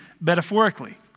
metaphorically